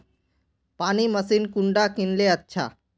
पानी मशीन कुंडा किनले अच्छा?